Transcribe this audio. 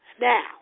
now